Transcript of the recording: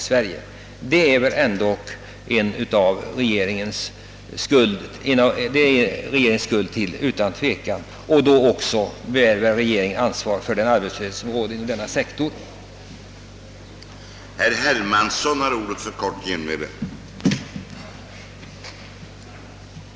Regeringen är utan tvivel skuld härtill och bär sålunda också ansvaret för den arbetslöshet som råder inom ifrågavarande sektor av vårt näringsliv.